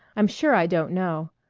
i'm sure i don't know.